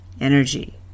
energy